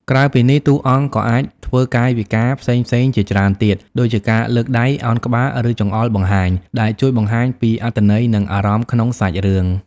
ក្រៅពីនេះ តួអង្គក៏អាចធ្វើកាយវិការផ្សេងៗជាច្រើនទៀត ដូចជាការលើកដៃ ឱនក្បាល ឬចង្អុលបង្ហាញ ដែលជួយបង្ហាញពីអត្ថន័យ និងអារម្មណ៍ក្នុងសាច់រឿង។